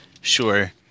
Sure